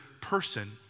person